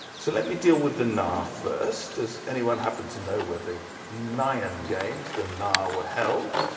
so, let me deal with the naa first, does anyone happen to know where the naian games, the naa, were held?